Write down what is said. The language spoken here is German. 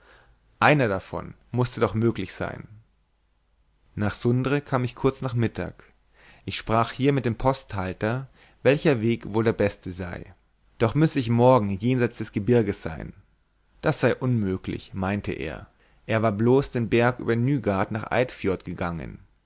einer davon mußte doch möglich sein nach sundre kam ich kurz nach mittag ich sprach hier mit dem posthalter welcher weg wohl der beste sei doch müsse ich morgen jenseits des gebirges sein das sei unmöglich meinte er er war bloß den berg über nygard nach eidfjord gegangen